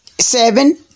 seven